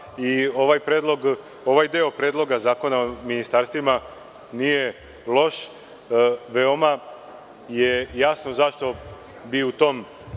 i ovaj deo Predloga zakona o ministarstvima nije loš. Veoma je jasno zašto bi u tih deset